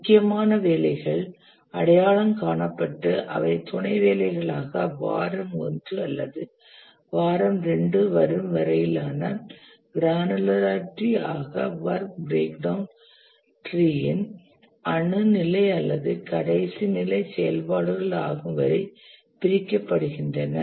முக்கியமான வேலைகள் அடையாளம் காணப்பட்டு அவை துணை வேலைகளாக வாரம் ஒன்று அல்லது வாரம் 2 வரும்வரையிலான கிரானுலாரிட்டி ஆக வொர்க் பிரேக் டவுண் டிரீயின் அணு நிலை அல்லது கடைசி நிலை செயல்பாடுகள் ஆகும்வரை பிரிக்கப்படுகின்றன